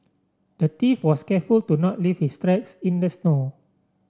the thief was careful to not leave his tracks in the snow